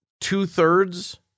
two-thirds